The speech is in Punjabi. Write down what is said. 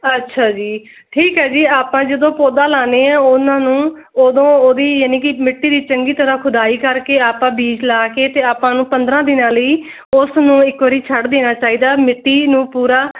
ਅੱਛਾ ਜੀ ਠੀਕ ਹੈ ਜੀ ਆਪਾਂ ਜਦੋਂ ਪੌਦਾ ਲਾਉਂਦੇ ਹਾਂ ਉਹਨਾਂ ਨੂੰ ਉਦੋਂ ਉਹਦੀ ਯਾਨੀ ਕਿ ਮਿੱਟੀ ਦੀ ਚੰਗੀ ਤਰ੍ਹਾਂ ਖੁਦਾਈ ਕਰਕੇ ਆਪਾਂ ਬੀਜ ਲਾ ਕੇ ਅਤੇ ਆਪਾਂ ਨੂੰ ਪੰਦਰ੍ਹਾਂ ਦਿਨਾਂ ਲਈ ਉਸ ਨੂੰ ਇੱਕ ਵਾਰੀ ਛੱਡ ਦੇਣਾ ਚਾਹੀਦਾ ਮਿੱਟੀ ਨੂੰ ਪੂਰਾ